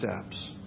steps